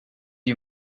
you